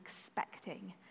expecting